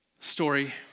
story